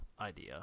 idea